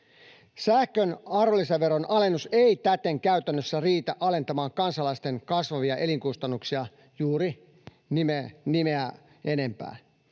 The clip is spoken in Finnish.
Sähkön arvonlisäveron alennus ei täten käytännössä riitä alentamaan kansalaisten kasvavia elinkustannuksia juuri nimellistä enempää,